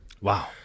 Wow